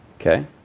okay